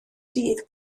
dydd